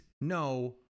no